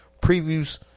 previews